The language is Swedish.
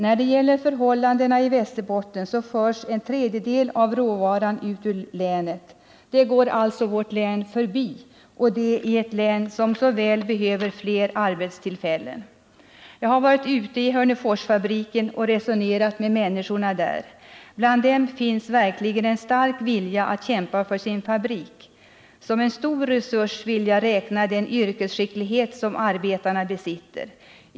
När det gäller förhållandena i Västerbotten kan jag nämna att en tredjedel av råvaran förs ut ur länet. Den delen går alltså vårt län förbi, ett län som så väl behöver fler arbetstillfällen. Jag har varit i Hörneforsfabriken och resonerat med människorna där. Bland dem finns verkligen en stark vilja att kämpa för sin fabrik. Som en stor resurs vill jag räkna den yrkesskicklighet som arbetarna besitter.